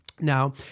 Now